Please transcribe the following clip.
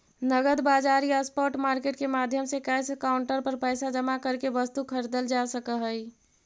नगद बाजार या स्पॉट मार्केट के माध्यम से कैश काउंटर पर पैसा जमा करके वस्तु खरीदल जा सकऽ हइ